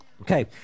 Okay